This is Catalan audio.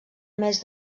més